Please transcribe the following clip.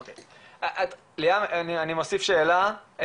ליאם, אני מוסיף שאלה.